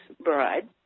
bride